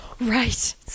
Right